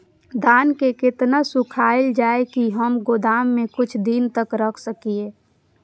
धान के केतना सुखायल जाय की हम गोदाम में कुछ दिन तक रख सकिए?